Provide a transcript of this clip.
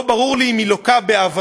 לא ברור לי אם היא לוקה בהבנה,